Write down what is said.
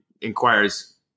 inquires